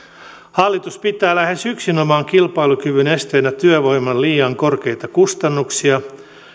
hallitus pitää lähes yksinomaan kilpailukyvyn esteenä työvoiman liian korkeita kustannuksia